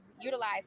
utilize